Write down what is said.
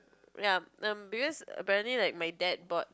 ya um because apparently like my dad bought